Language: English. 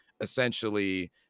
essentially